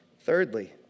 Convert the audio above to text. Thirdly